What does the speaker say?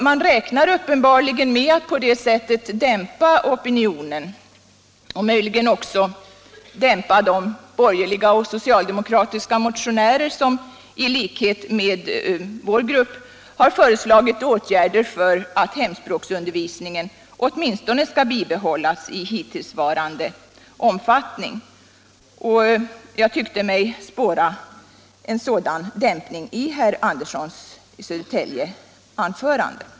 Man räknar uppenbarligen med att på det sättet dimpa opinionen och möjligen också verka dämpande på de borgerliga och socialdemokratiska motionärer som i likhet med vår grupp har föreslagit åtgärder för att hemspråksundervisningen skall bibehållas åtminstone i hittillsvarande omfattning. Jag tyckte mig också spåra en sådan dämpning i herr Anderssons i Södertälje anförande.